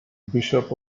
bishop